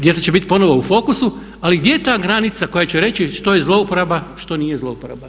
Djeca će biti ponovno u fokusu ali gdje je ta granica koja će reći što je zlouporaba, što nije zlouporaba.